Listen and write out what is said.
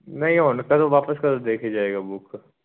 ਨਹੀਂ ਹੁਣ ਕਦੋਂ ਵਾਪਸ ਕਦੋਂ ਦੇ ਕੇ ਜਾਏਗਾ ਬੁਕ